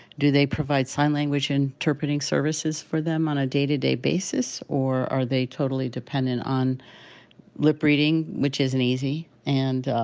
do they provide sign language interpreting services for them on a day-to-day basis? or are they totally dependent on lip reading, which isn't easy and, ah,